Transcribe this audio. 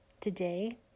today